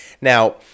Now